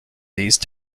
these